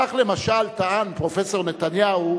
כך, למשל, טען פרופסור נתניהו